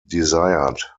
desired